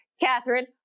Catherine